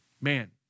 man